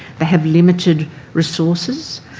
they have limited resources.